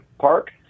Park